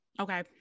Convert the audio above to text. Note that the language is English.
okay